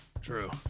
True